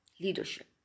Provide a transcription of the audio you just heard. leadership